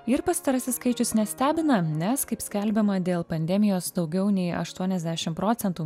ir pastarasis skaičius nestebina nes kaip skelbiama dėl pandemijos daugiau nei aštuoniasdešim procentų